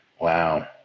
Wow